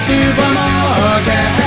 Supermarket